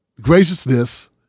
graciousness